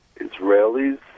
Israelis